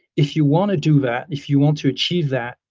if you want to do that, if you want to achieve that,